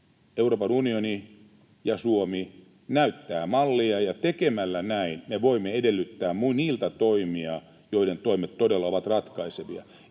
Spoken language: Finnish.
Euroopan unioni ja Suomi näyttävät mallia, ja tekemällä näin me voimme edellyttää toimia niiltä, joiden toimet todella ovat ratkaisevia.